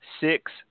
six